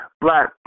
Black